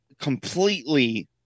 Completely